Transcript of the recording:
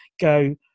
go